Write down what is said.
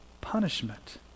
punishment